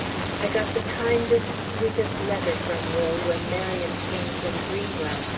i got the kindest, sweetest letter from will when miriam came from greenwell.